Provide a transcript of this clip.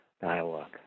dialogue